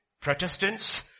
Protestants